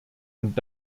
und